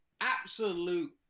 absolute